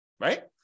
Right